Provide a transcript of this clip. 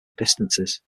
distances